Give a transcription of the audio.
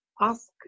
ask